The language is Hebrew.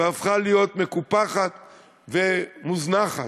והפכה להיות מקופחת ומוזנחת.